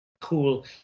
cool